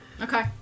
Okay